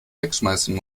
wegschmeißen